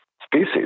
species